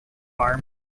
are